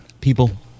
people